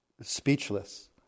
speechless